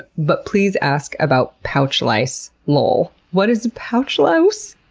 but please ask about pouch lice. lol what is a pouch louse?